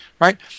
Right